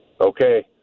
Okay